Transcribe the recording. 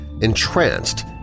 entranced